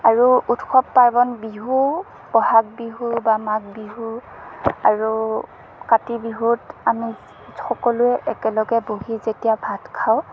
আৰু উৎসৱ পাৰ্বণ বিহু বহাগ বিহু বা মাঘ বিহু আৰু কাতি বিহুত আমি সকলোৱে একেলগে বহি যেতিয়া ভাত খাওঁ